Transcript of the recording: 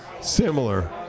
similar